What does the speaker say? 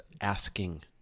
asking